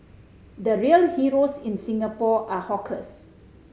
the real heroes in Singapore are hawkers